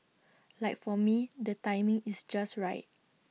like for me the timing is just right